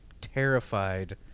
terrified